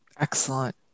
excellent